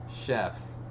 chefs